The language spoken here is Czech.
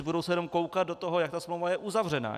Budou se jenom koukat do toho, jak ta smlouva je uzavřena.